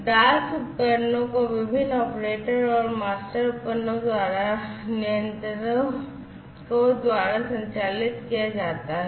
दास उपकरणों को विभिन्न ऑपरेटरों और मास्टर उपकरणों द्वारा नियंत्रकों द्वारा संचालित किया जाता है